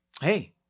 hey